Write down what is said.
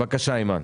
בבקשה, אימאן.